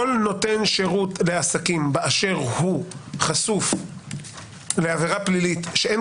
כל נותן שירות לעסקים באשר הוא חשוף לעבירה פלילית שאין